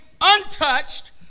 untouched